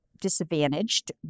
disadvantaged